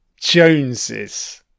Joneses